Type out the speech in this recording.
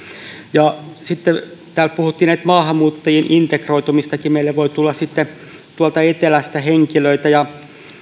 sitten täällä puhuttiin maahanmuuttajien integroitumisestakin meille voi tulla tuolta etelästä henkilöitä jotka